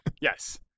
yes